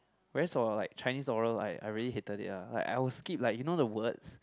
whereas for uh like Chinese oral like I really hated it lah like I will skip like you know the words